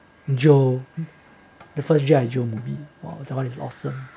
joe the first G_I joe movie !wah! that one is awesome